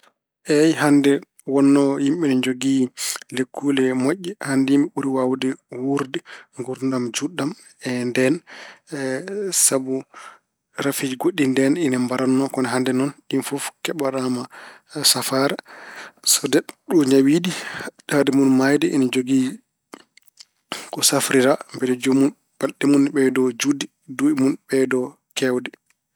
Eey, wonno hannde yimɓe ine njogii lekkuule moƴƴe, hannde yimɓe ɓuri waawde wuurde nguurdam juutɗam e ndeen. Sabu rafiiji goɗɗi ndeen ene mbaranno, kono hannde noon ɗiin fof keɓanaama safaara. So neɗɗo ñawii ɗi hadde mun maayde, ine jogii ko safrira mbele joomun balɗe mun ene ɓeydo juutde, duuɓi mun ɓeydo keewde.